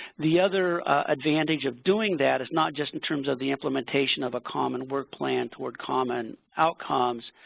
the other advantage of doing that is not just in terms of the implementation of a common work land toward common outcomes,